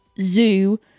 zoo